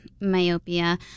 myopia